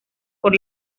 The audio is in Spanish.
por